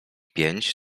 pięć